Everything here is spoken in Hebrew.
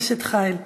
אשת חיל.